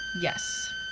Yes